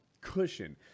cushion